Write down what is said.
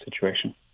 situation